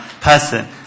person